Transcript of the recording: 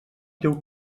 teu